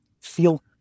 feel